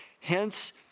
Hence